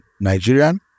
Nigerian